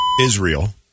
Israel